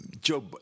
Joe